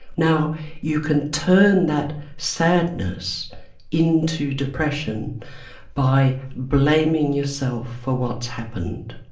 now you can turn that sadness into depression by blaming yourself for what's happened